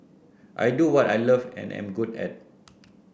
I do what I love and am good at